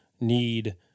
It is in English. need